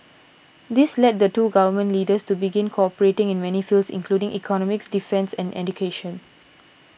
this led the two Government Leaders to begin cooperating in many fields including economics defence and education